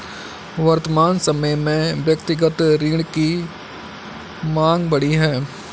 वर्तमान समय में व्यक्तिगत ऋण की माँग बढ़ी है